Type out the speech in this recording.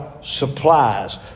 supplies